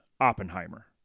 Oppenheimer